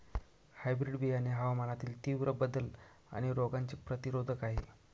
hybrid बियाणे हवामानातील तीव्र बदल आणि रोगांचे प्रतिरोधक आहे